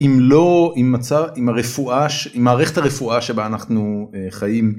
אם לא ימצא עם הרפואה..עם המערכת הרפואה שבה אנחנו חיים.